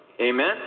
amen